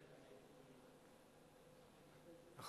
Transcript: בבקשה.